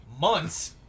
months